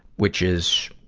which is,